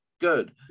good